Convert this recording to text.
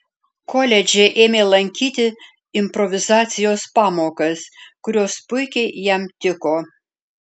koledže ėmė lankyti improvizacijos pamokas kurios puikiai jam tiko